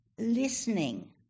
listening